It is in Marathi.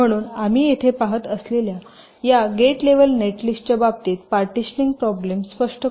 म्हणून आम्ही येथे पहात असलेल्या या गेट लेव्हल नेटलिस्टच्या बाबतीत पार्टीशनिंग प्रॉब्लेम स्पष्ट करतो